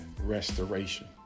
restoration